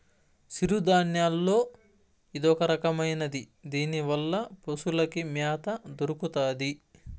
సిరుధాన్యాల్లో ఇదొరకమైనది దీనివల్ల పశులకి మ్యాత దొరుకుతాది